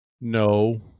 No